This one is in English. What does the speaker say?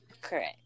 Correct